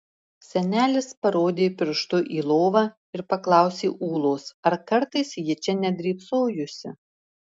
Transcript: senelis parodė pirštu į lovą ir paklausė ūlos ar kartais ji čia nedrybsojusi